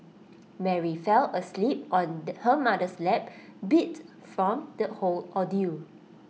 Mary fell asleep on her mother's lap beat from the whole ordeal